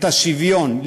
את השוויון,